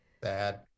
bad